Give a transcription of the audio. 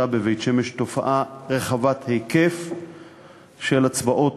בבית-שמש תופעה רחבת היקף של הצבעות